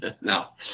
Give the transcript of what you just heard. Now